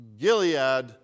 Gilead